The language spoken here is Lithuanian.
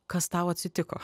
kas tau atsitiko